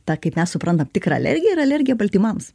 ta kaip mes suprantam tikrą alergiją yra alergija baltymams